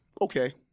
Okay